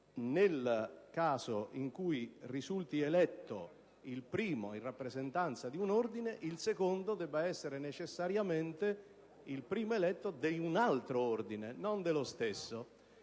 nel caso in cui risulti eletto il primo in rappresentanza di un ordine circondariale, il secondo debba essere necessariamente il primo eletto di un altro ordine circondariale, non dello stesso.